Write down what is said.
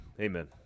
amen